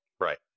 right